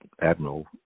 admiral